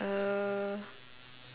uh